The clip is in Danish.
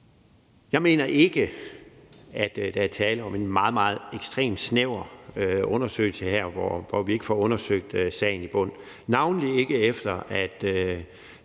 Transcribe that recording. Jeg mener ikke, at der er tale om en ekstremt snæver undersøgelse her, hvor vi ikke får undersøgt sagen til bunds, navnlig ikke, efter at